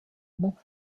mów